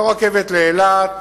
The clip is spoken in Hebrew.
לא רכבת לאילת,